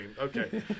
Okay